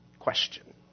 question